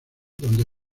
donde